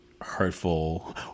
hurtful